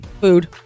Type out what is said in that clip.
Food